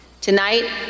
Tonight